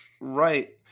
Right